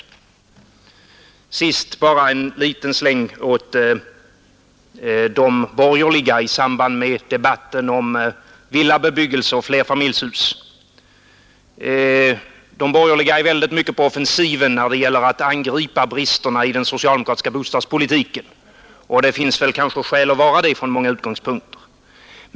Till sist bara en liten släng åt de borgerliga i anslutning till debatten om villabebyggelse och flerfamiljshus. De borgerliga är mycket på offensiven när det gäller att angripa bristerna i den socialdemokratiska bostadspolitiken, och det finns kanske skäl att vara det från många utgångspunkter.